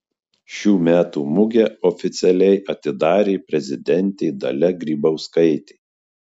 šių metų mugę oficialiai atidarė prezidentė dalia grybauskaitė